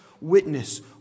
witness